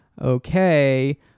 okay